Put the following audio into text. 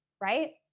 right